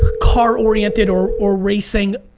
car oriented or or racing,